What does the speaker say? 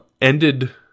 ended